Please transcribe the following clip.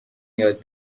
یاد